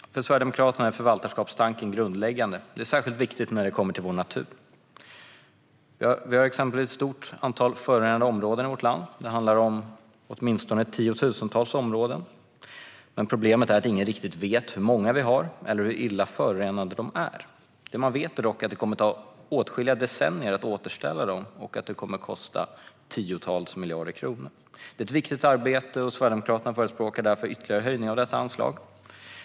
För Sverigedemokraterna är förvaltarskapstanken grundläggande. Det är särskilt viktigt när det kommer till vår natur. Vi har exempelvis ett stort antal förorenade områden i vårt land. Det handlar om åtminstone tiotusentals områden. Men problemet är att ingen riktigt vet hur många vi har eller hur illa förorenade de är. Det som man vet är dock att det kommer att ta åtskilliga decennier att återställa dem och att det kommer att kosta tiotals miljarder kronor. Det är ett viktigt arbete, och Sverigedemokraterna förespråkar därför en ytterligare höjning av detta anslag.